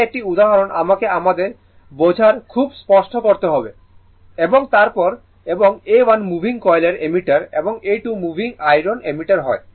এই একটি উদাহরণ আমরা আমাদের বোঝার খুব স্পষ্ট করতে হবে এবং তারপর এবং A 1 মুভিং কয়েল অ্যামমিটার এবং A 2 মুভিং আয়রন অ্যামমিটার হয়